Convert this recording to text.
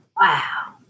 wow